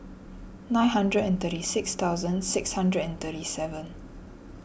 nine hundred and thirty six thousand six hundred and thirty seven